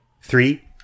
Three